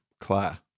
Claire